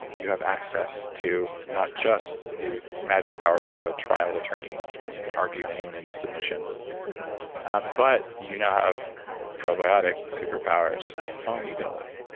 you have access to not just the magic powers of a trial attorney, which means you can argue anyone into submission but you now have probiotic superpowers. how long are you going to live?